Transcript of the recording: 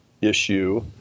issue